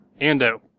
Ando